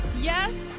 yes